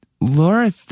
Laura